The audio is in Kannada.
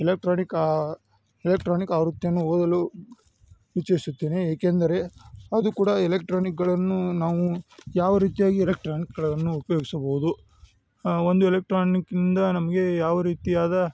ಇಲೆಕ್ಟ್ರಾನಿಕ ಇಲೆಕ್ಟ್ರಾನಿಕ ಆವೃತ್ತಿಯನ್ನು ಓದಲು ಇಚ್ಚಿಸುತ್ತೇನೆ ಏಕೆಂದರೆ ಅದು ಕೂಡ ಎಲೆಕ್ಟ್ರಾನಿಕ್ಗಳನ್ನು ನಾವು ಯಾವ ರೀತಿಯಾಗಿ ಎಲೆಕ್ಟ್ರಾನಿಕ್ಗಳನ್ನು ಉಪಯೋಗಿಸಬೋದು ಒಂದು ಎಲೆಕ್ಟ್ರಾನಿಕಿನಿಂದ ನಮಗೆ ಯಾವ ರೀತಿಯಾದ